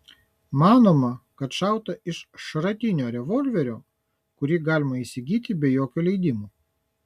manoma kad šauta iš šratinio revolverio kurį galima įsigyti be jokio leidimo